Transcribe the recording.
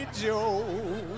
joe